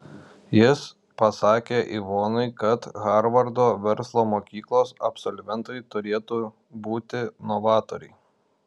jis pasakė ivonai kad harvardo verslo mokyklos absolventai turėtų būti novatoriai